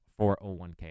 401k